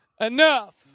enough